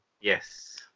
Yes